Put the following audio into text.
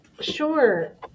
Sure